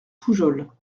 poujols